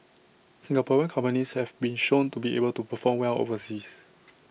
Singaporean companies have been shown to be able to perform well overseas